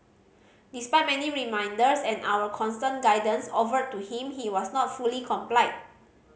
despite many reminders and our constant guidance offered to him he was not fully complied